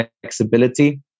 flexibility